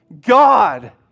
God